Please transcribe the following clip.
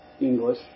English